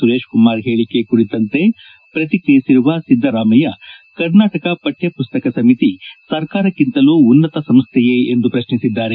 ಸುರೇಶ್ ಕುಮಾರ್ ಹೇಳಕೆ ಕುರಿತಂತೆ ಪ್ರತಿಕ್ರಿಯಿಸಿರುವ ಸಿದ್ದರಾಮಯ್ಯ ಕರ್ನಾಟಕ ಪಠ್ಯ ಪುಸ್ತಕ ಸಮಿತಿ ಸರ್ಕಾರಕ್ಕಿಂತಲೂ ಉನ್ನತ ಸಂಶೈಯೇ ಎಂದು ಪ್ರತ್ನಿಸಿದ್ದಾರೆ